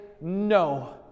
no